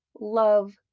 love